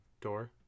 door